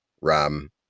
ram